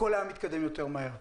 הכל היה מתקדם יותר מהר.